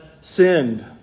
sinned